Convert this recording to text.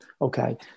okay